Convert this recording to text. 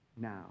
now